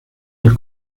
del